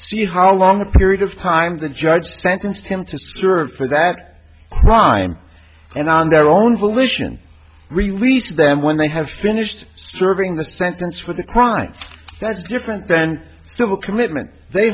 see how long a period of time the judge sentenced him to serve for that crime and on their own volition release them when they have finished serving the sentence with a crime that's different then civil commitment they